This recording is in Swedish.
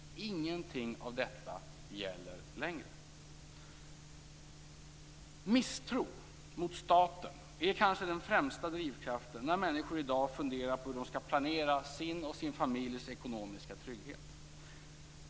Ingenting av detta gäller längre. Misstro mot staten är kanske den främsta drivkraften när människor i dag funderar på hur de skall planera sin och sin familjs ekonomiska trygghet.